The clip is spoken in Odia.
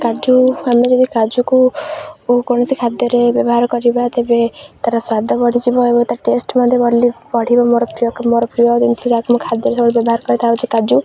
କାଜୁ ଆମେ ଯଦି କାଜୁକୁ କୌଣସି ଖାଦ୍ୟରେ ବ୍ୟବହାର କରିବା ତେବେ ତା'ର ସ୍ୱାଦ ବଢ଼ିଯିବ ଏବଂ ତା' ଟେଷ୍ଟ ମଧ୍ୟ ବଢ଼ିବ ମୋର ପ୍ରିୟ ମୋର ପ୍ରିୟ ଜିନିଷ ଯାହାକୁି ମୁଁ ଖାଦ୍ୟ ସବୁବେଳେ ବ୍ୟବହାର କରେ ତା' ହେଉଛି କାଜୁ